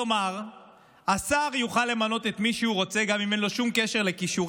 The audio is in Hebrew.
כלומר השר יוכל למנות את מי שהוא רוצה גם אם אין לו שום קשר לכישורים,